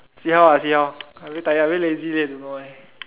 see how ah see how I very tired I lazy eh I don't know why